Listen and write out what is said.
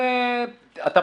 אתה,